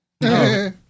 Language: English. No